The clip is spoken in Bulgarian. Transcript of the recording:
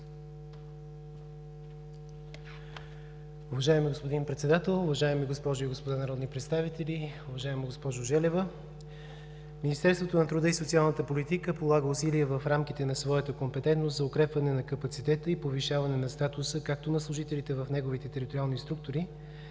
Уважаеми господин Председател, уважаеми госпожи и господа народни представители! Уважаема госпожо Желева, Министерството на труда и социалната политика полага усилия в рамките на своята компетентност за укрепване на капацитета и повишаване на статуса както на служителите в неговите териториални структури,